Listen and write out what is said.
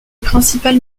principales